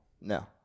No